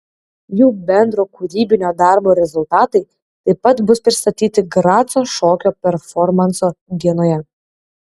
jų bendro kūrybinio darbo rezultatai taip pat bus pristatyti graco šokio performanso dienoje